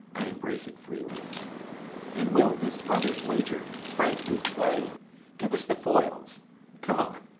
i embrace it freely and will this brother's wager frankly play give us the foils come on.